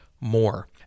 more